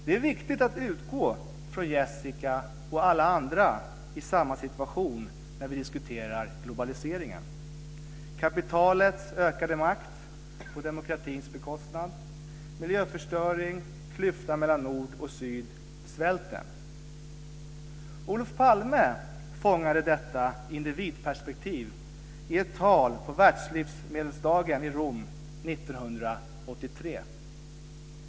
Det är viktigt att utgå från Jessica och alla andra i samma situation när vi diskuterar globaliseringen, kapitalets ökade makt på demokratins bekostnad, miljöförstöring, klyftan mellan nord och syd, svälten. Olof Palme fångade detta individperspektiv i ett tal på världslivsmedelsdagen i Rom 1983.